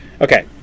Okay